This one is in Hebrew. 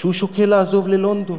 שהוא שוקל לעזוב ללונדון.